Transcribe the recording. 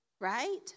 right